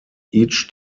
each